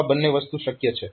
તો આ બંને વસ્તુ શક્ય છે